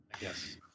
Yes